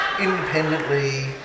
independently